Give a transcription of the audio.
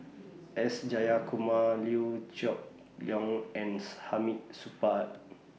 S Jayakumar Liew Geok Leong and Hamid Supaat